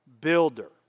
builder